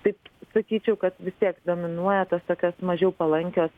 taip sakyčiau kad vis tiek dominuoja tos tokios mažiau palankios